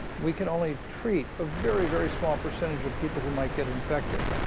we can only treat a very, very small percentage of people who might get infected.